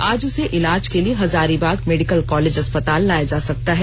आज उसे इलाज के लिए हजारीबाग मेडिकल कालेज अस्पताल लाया जा सकता है